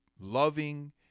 loving